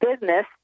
business